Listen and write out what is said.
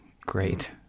great